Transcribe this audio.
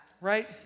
right